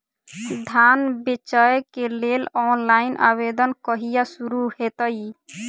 धान बेचै केँ लेल ऑनलाइन आवेदन कहिया शुरू हेतइ?